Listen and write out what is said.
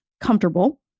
comfortable